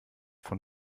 von